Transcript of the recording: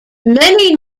many